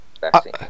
vaccine